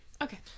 okay